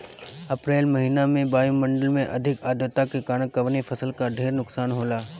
अप्रैल महिना में वायु मंडल में अधिक आद्रता के कारण कवने फसल क ढेर नुकसान होला?